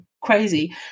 crazy